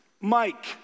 Mike